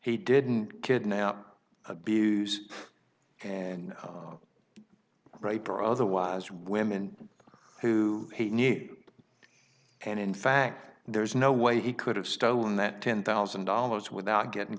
he didn't kidnap abuse and rape or otherwise women who need and in fact there's no way he could have stolen that ten thousand dollars without getting